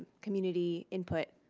community input,